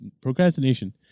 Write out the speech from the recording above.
procrastination